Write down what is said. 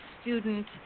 student